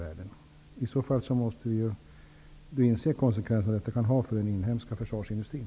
I så fall måste vi inse de konsekvenser som det kan få för den inhemska försvarsindustrin.